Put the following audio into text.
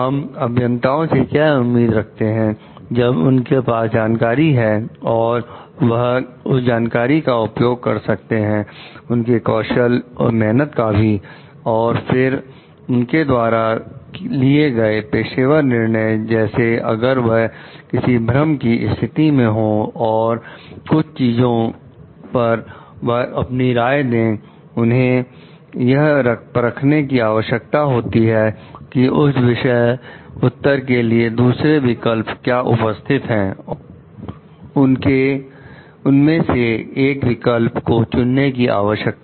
हम अभियंताओं से क्या उम्मीद रखते हैं जब उनके पास जानकारी है और वह उस जानकारी का उपयोग कर सकते हैं उनके कौशल और मेहनत का भी और फिर उनके द्वारा लिए गए पेशेवर निर्णय जैसे अगर वह किसी भ्रम की स्थिति में हो और कुछ चीजों पर वह अपनी राय दें उन्हें यह परखने की आवश्यकता होती है कि उस विषय उत्तर के लिए दूसरे विकल्प क्या उपस्थित हैं और उनमें से एक विकल्प को चुनने की आवश्यकता